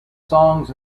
songs